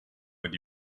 with